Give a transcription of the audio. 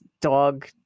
dog